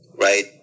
right